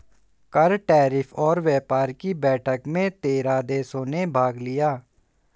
कर, टैरिफ और व्यापार कि बैठक में तेरह देशों ने भाग लिया